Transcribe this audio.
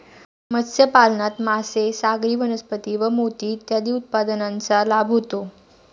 मत्स्यपालनात मासे, सागरी वनस्पती व मोती इत्यादी उत्पादनांचा लाभ होतो